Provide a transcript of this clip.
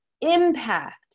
impact